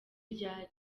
ryari